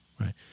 right